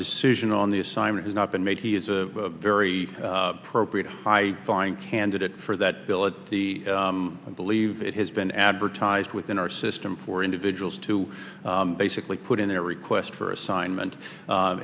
decision on the assignment has not been made he is a very appropriate high flying candidate for that billet the i believe it has been advertised within our system for individuals to basically put in their request for assignment